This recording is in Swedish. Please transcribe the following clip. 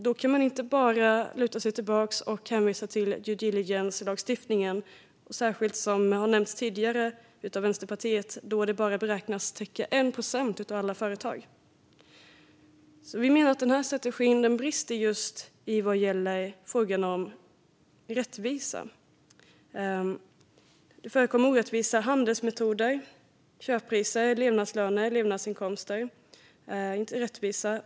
Då kan man inte bara luta sig tillbaka och hänvisa till due diligence-lagstiftningen, särskilt då den, som nämnts tidigare av Vänsterpartiet, bara beräknas omfatta 1 procent av alla företag. Vi menar alltså att denna strategi brister vad gäller frågan om rättvisa. Det förekommer orättvisa handelsmetoder och inköpspriser, och levnadslöner och levnadsinkomster är inte rättvisa.